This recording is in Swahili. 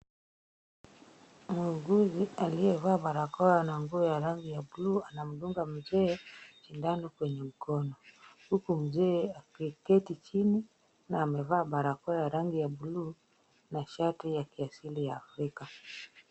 Muuguzi aliyevaa barakoa na nguo ya rangi ya buluu anamdunga mzee sindano kwenye mkono, huku mzee akiketi chini na amevaa barakoa ya rangi ya buluu na shati ya kiasili ya Afrika.